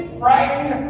frightened